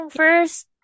first